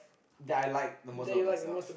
that I like the most out of myself